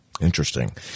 Interesting